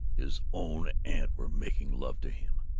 his own aunt were making love to him.